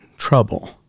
trouble